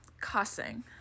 cussing